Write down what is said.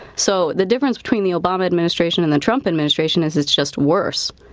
so the difference between the obama administration and the trump administration is it's just worse.